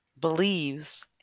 believes